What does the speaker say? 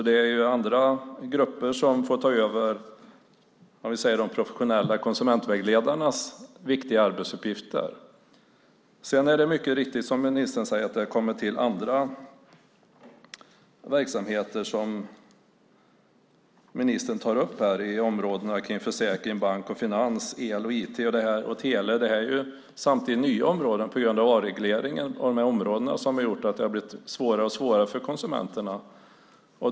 Det är alltså andra grupper som får ta över de professionella konsumentvägledarnas viktiga arbetsuppgifter. Sedan har det mycket riktigt som ministern säger kommit till andra verksamheter på områdena försäkring, bank och finans, el samt IT och tele. Detta är nya områden som har tillkommit på grund av avregleringen på dessa områden, och det har gjort att det har blivit svårare och svårare för konsumenterna.